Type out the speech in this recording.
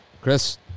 Chris